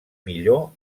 millor